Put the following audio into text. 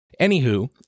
Anywho